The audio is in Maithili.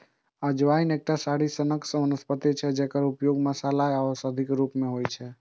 अजवाइन एकटा झाड़ी सनक वनस्पति छियै, जकर उपयोग मसाला आ औषधिक रूप मे होइ छै